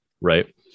right